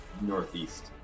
northeast